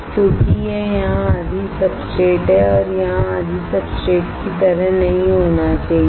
क्योंकि यह यहाँ आधी सबस्ट्रेट है और यहाँ आधी सब्सट्रेट की तरह नहीं होना चाहिए